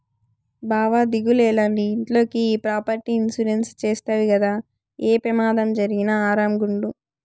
బావా దిగులేల, నీ ఇంట్లోకి ఈ ప్రాపర్టీ ఇన్సూరెన్స్ చేస్తవి గదా, ఏ పెమాదం జరిగినా ఆరామ్ గుండు